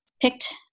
picked